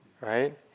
right